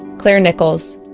claire nichols,